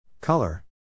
Color